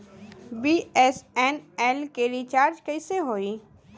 BSNL के recharge कैसे होयी?